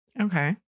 Okay